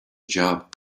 job